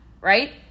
right